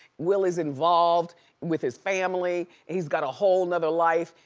will is involved with his family and he's got a whole nother life.